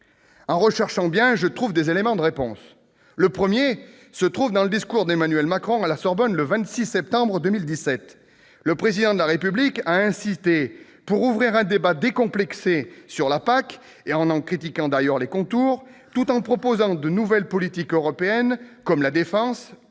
En cherchant bien, je trouve des éléments de réponse, dont le premier se trouve dans le discours prononcé par Emmanuel Macron à la Sorbonne, le 26 septembre dernier. Le Président de la République a insisté pour ouvrir un débat décomplexé sur la PAC, en en critiquant d'ailleurs les contours, tout en proposant de nouvelles politiques européennes, comme la défense